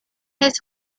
his